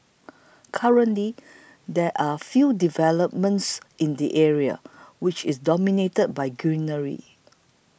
currently there are few developments in the area which is dominated by greenery